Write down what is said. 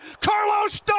Carlos